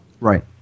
Right